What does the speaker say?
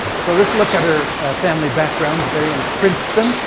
so let's look at her family backgrounds there in princeton.